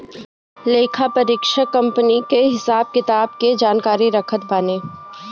लेखापरीक्षक कंपनी कअ हिसाब किताब के जानकारी रखत बाने